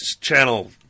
channel